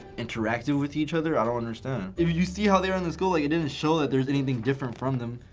interactive with each other? i don't understand. you see how they were in the school it didn't show that there's anything different from them.